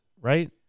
right